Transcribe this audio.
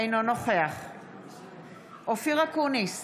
אינו נוכח אופיר אקוניס,